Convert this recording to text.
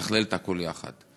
לתכלל את הכול יחד.